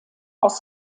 aus